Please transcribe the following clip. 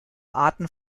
arten